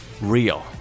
Real